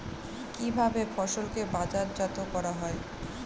কিভাবে ফসলকে বাজারজাত করা হয়?